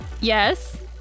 Yes